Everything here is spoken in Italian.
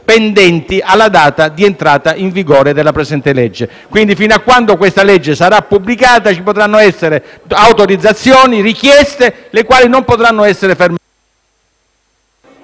pendenti alla data di entrata in vigore della presente legge, quindi fino a quando questa legge non sarà pubblicata ci potranno essere richieste di autorizzazioni che non potranno essere fermate.